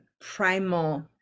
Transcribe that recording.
primal